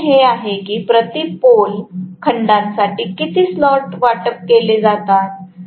आणि N हे आहे की प्रति पोल खंडासाठी किती स्लॉट्स वाटप केले जातात